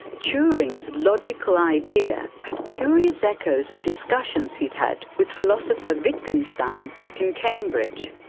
turing's logical idea had curious echoes of discussions he'd had with philosopher wittgenstein back in cambridge.